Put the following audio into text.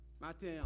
Matin